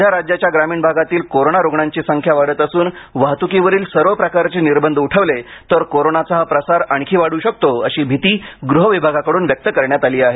सध्या राज्याच्या ग्रामीण भागातील कोरोना रुग्णांची संख्या वाढत असून वाहतुकीवरील सर्व प्रकारचे निर्बंध उठवले तर कोरोनाचा हा प्रसार आणखी वाढू शकतो अशी भीती गृह विभागाकडून व्यक्त करण्यात आली आहे